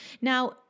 Now